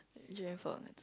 giant fork that's a